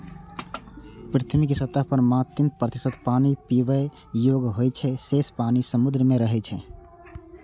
पृथ्वीक सतह पर मात्र तीन प्रतिशत पानि पीबै योग्य होइ छै, शेष पानि समुद्र मे रहै छै